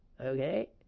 okay